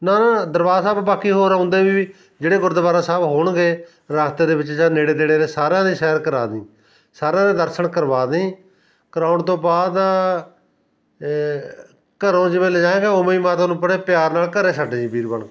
ਨਾ ਦਰਬਾਰ ਸਾਹਿਬ ਬਾਕੀ ਹੋਰ ਆਉਂਦੇ ਵੀ ਜਿਹੜੇ ਗੁਰਦੁਆਰਾ ਸਾਹਿਬ ਹੋਣਗੇ ਰਸਤੇ ਦੇ ਵਿੱਚ ਜਾਂ ਨੇੜੇ ਤੇੜੇ ਦੇ ਸਾਰਿਆਂ ਦੀ ਸੈਰ ਕਰਾ ਦੀ ਸਾਰਿਆਂ ਦੇ ਦਰਸ਼ਨ ਕਰਵਾ ਦੀ ਕਰਾਉਣ ਤੋਂ ਬਾਅਦ ਘਰੋਂ ਜਿਵੇਂ ਲੈ ਜਾਏਗਾ ਉਵੇਂ ਹੀ ਮਾਤਾ ਨੂੰ ਬੜੇ ਪਿਆਰ ਨਾਲ ਘਰ ਛੱਡ ਜੀ ਵੀਰ ਬਣ ਕੇ